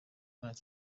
donald